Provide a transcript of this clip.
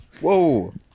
Whoa